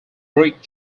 brick